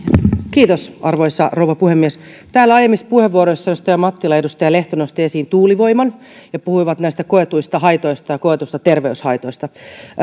kiitos arvoisa rouva puhemies täällä aiemmissa puheenvuoroissa edustaja mattila ja edustaja lehto nostivat esiin tuulivoiman ja puhuivat näistä koetuista haitoista ja koetuista terveyshaitoista